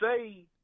say